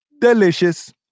Delicious